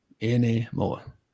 anymore